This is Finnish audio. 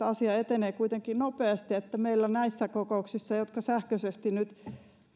asia etenee kuitenkin nopeasti niin että meillä näissä kokouksissa jotka sähköisesti nyt